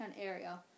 area